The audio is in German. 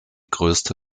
größte